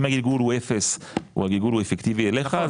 אם הגלגול הוא אפס או הגלגול הוא אפקטיבי אליך,